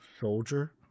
soldier